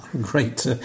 Great